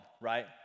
right